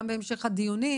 גם בהמשך הדיונים,